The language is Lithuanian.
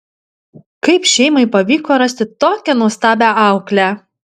kaip šeimai pavyko rasti tokią nuostabią auklę